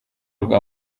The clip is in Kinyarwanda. rwa